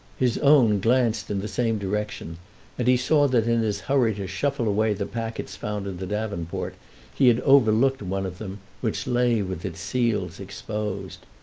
his own glanced in the same direction and he saw that in his hurry to shuffle away the packets found in the davenport he had overlooked one of them, which lay with its seals exposed.